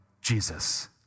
Jesus